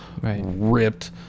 ripped